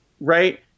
Right